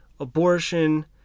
abortion